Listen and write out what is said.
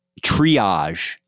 triage